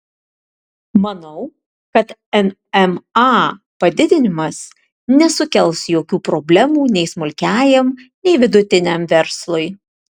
manau kad mma padidinimas nesukels jokių problemų nei smulkiajam nei vidutiniam verslui